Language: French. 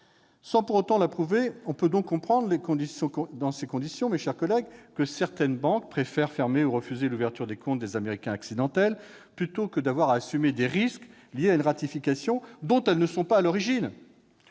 Sans pour autant approuver cette position, on peut comprendre dans ces conditions, mes chers collègues, que certaines banques préfèrent fermer ou refuser l'ouverture des comptes des « Américains accidentels », plutôt que d'avoir à assumer des risques liés à une ratification dont elles ne sont pas à l'origine.